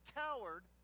coward